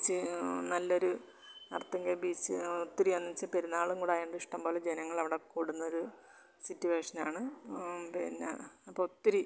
beach നല്ലൊരു Arthunkal beach ഒത്തിരി ഒന്നിച്ച് പെരുന്നാളും കൂടെ ആയതുകൊണ്ട് ഇഷ്ടംപോലെ ജനങ്ങളിവടെ കൂടുന്നൊരു സിറ്റുവേഷനാണ് പിന്നെ അപ്പോൾ ഒത്തിരി